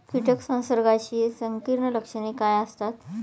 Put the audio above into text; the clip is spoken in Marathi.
कीटक संसर्गाची संकीर्ण लक्षणे काय असतात?